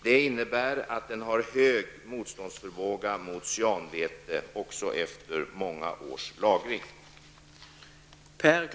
Det innebär att den har hög motståndsförmåga mot cyanväte också efter många års lagring.